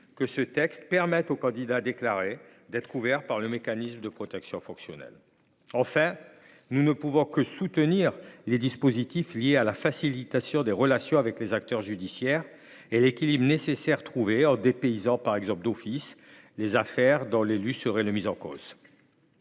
que ce texte permette aux candidats déclarés d’être couverts par le mécanisme de protection fonctionnelle. Enfin, nous ne pouvons que soutenir les dispositifs liés à la facilitation des relations avec les acteurs judiciaires, et un équilibre nécessaire a été trouvé avec le dépaysement d’office des affaires dont l’élu serait le mis en cause.